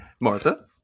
Martha